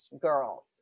girls